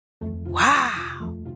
Wow